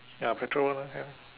ya petrol one have